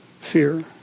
fear